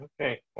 okay